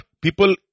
people